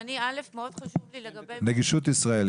בבקשה.